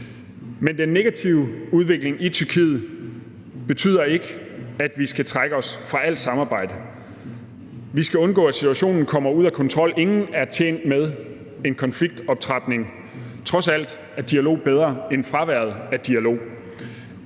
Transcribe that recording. Men den negative udvikling i Tyrkiet betyder ikke, at vi skal trække os fra alt samarbejde. Vi skal undgå, at situationen kommer ud af kontrol. Ingen er tjent med en konfliktoptrapning; trods alt er dialog bedre end fraværet af dialog,